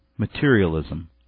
Materialism